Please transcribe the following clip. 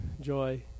joy